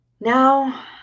Now